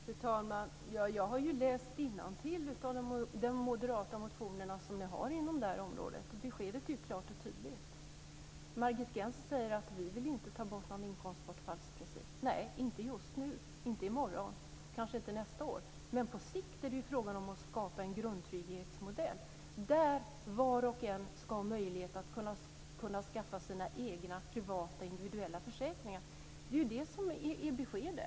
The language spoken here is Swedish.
Fru talman! Jag har läst innantill i de moderata motioner som ni har inom det här området. Beskedet är klart och tydligt. Margit Gennser säger: Vi vill inte ta bort någon inkomstbortfallsprincip. Nej, inte just nu, inte i morgon och kanske inte nästa år. Men på sikt är det fråga om att skapa en grundtrygghetsmodell där var och en ska ha möjlighet att kunna skaffa sig sina egna, privata, individuella försäkringar. Det är ju det som är beskedet.